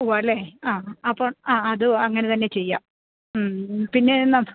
ഉവ്വാല്ലെ ആ അപ്പോൾ ആ അത് അങ്ങനെ തന്നെ ചെയ്യാം ഉം പിന്നേ എന്നാ